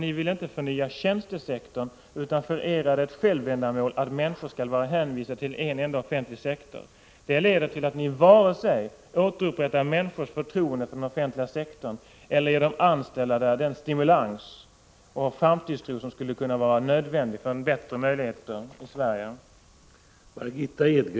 Ni vill inte förnya tjänstesektorn, utan för er är det ett självändamål att människor skall vara hänvisade till en enda offentlig sektor. Det leder till att ni varken återupprättar människors förtroende för den offentliga sektorn eller ger de anställda där den stimulans och framtidstro som skulle vara nödvändig för ett Sverige med bättre möjligheter.